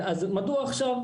מדוע עכשיו?